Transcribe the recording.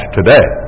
today